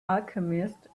alchemist